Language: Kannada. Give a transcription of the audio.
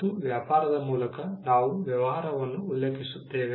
ಮತ್ತು ವ್ಯಾಪಾರದ ಮೂಲಕ ನಾವು ವ್ಯವಹಾರವನ್ನು ಉಲ್ಲೇಖಿಸುತ್ತೇವೆ